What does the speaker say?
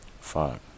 fuck